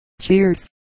Cheers